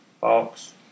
box